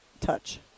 touch